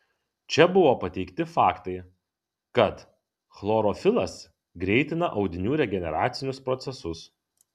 čia buvo pateikti faktai kad chlorofilas greitina audinių regeneracinius procesus